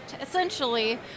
essentially